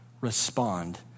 respond